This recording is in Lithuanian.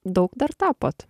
daug dar tapot